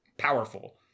powerful